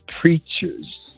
preachers